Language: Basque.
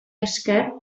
esker